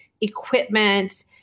equipment